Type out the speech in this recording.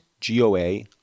G-O-A-